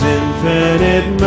infinite